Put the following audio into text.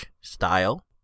style